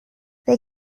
they